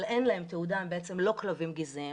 אין להם תעודה הם בעצם לא כלבים גזעיים,